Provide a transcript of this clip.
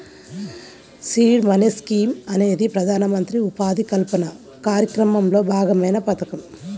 seed money scheme అనేది ప్రధానమంత్రి ఉపాధి కల్పన కార్యక్రమంలో భాగమైన పథకం